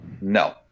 No